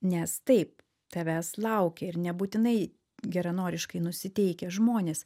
nes taip tavęs laukia ir nebūtinai geranoriškai nusiteikę žmonės